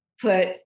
put